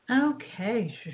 Okay